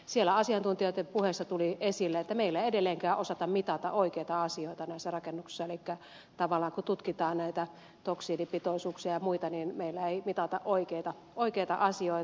siellä asiantuntijoiden puheissa tuli esille että meillä ei edelleenkään osata mitata oikeita asioita näissä rakennuksissa elikkä tavallaan kun tutkitaan näitä toksiinipitoisuuksia ja muita meillä ei mitata oikeita asioita